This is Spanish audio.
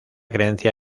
creencia